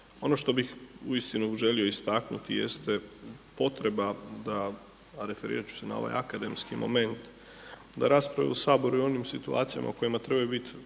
Ono što bih uistinu želio istaknuti jeste potreba da, a referirati ću se na ovaj akademski moment da raspravu u Saboru i u onim situacijama u kojima trebaju biti